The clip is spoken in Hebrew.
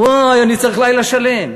אני צריך לילה שלם.